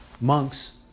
monks